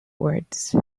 words